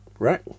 Right